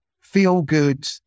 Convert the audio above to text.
feel-good